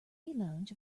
lounge